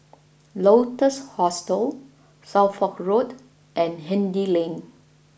Lotus Hostel Suffolk Road and Hindhede Lane